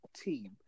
team